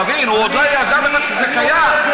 תבין, הוא עוד לא ידע בכלל שזה קיים.